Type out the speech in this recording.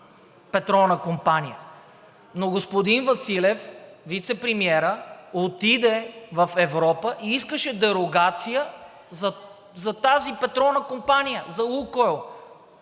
петролна компания, но господин Василев – вицепремиерът, отиде в Европа и искаше дерогация за тази петролна компания – за